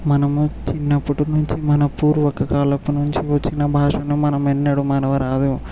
మనము చిన్నప్పటి నుంచి మన పూర్వ కాలపు నుంచి వచ్చిన భాషను మనం ఎన్నడూ మరువరాదు